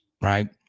right